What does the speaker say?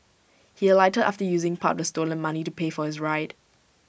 he alighted after using part of the stolen money to pay for his ride